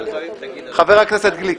חבר הכנסת גליק.